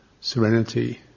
serenity